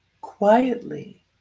quietly